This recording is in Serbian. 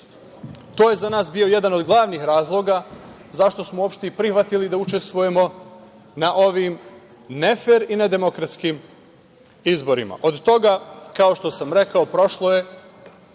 To je za nas bio jedan od glavnih razloga zašto smo uopšte i prihvatili da učestvujemo na ovim nefer i nedemokratskim izborima. Od toga, kao što sam rekao, prošlo je